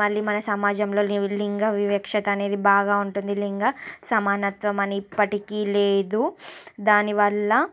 మళ్ళీ మన సమాజంలో లింగ వివక్షత అనేది బాగా ఉంటుంది లింగ సమానత్వం అని ఇప్పటికీ లేదు దానివల్ల